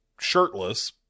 shirtless